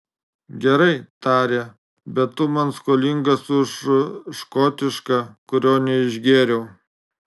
gerai tarė bet tu man skolingas už škotišką kurio neišgėriau